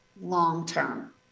long-term